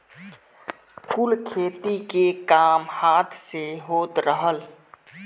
कुल खेती के काम हाथ से होत रहल